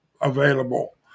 available